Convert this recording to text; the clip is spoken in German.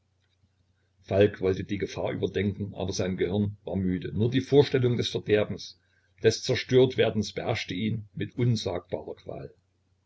falk wollte die gefahr überdenken aber sein gehirn war müde nur die vorstellung des verderbens des zerstört werdens beherrschte ihn mit unsagbarer qual